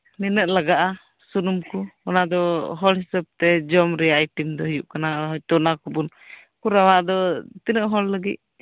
ᱱᱤᱱᱟᱹᱜ ᱞᱟᱜᱟᱜᱼᱟ ᱥᱩᱱᱩᱢ ᱠᱚ ᱚᱱᱟ ᱫᱚ ᱦᱚᱲ ᱠᱚ ᱦᱤᱥᱟᱹᱵᱽ ᱛᱮ ᱡᱚᱢ ᱨᱮᱱᱟᱜ ᱟᱭᱴᱮᱢ ᱨᱮ ᱦᱩᱭᱩᱜ ᱠᱟᱱᱟ ᱚᱱᱟ ᱠᱚᱵᱚᱱ ᱠᱚᱨᱟᱣᱟ ᱟᱫᱚ ᱛᱤᱱᱟᱹᱜ ᱦᱚᱲ ᱞᱟᱜᱤᱫ